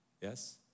Yes